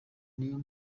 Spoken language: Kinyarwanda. niyo